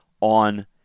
on